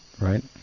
right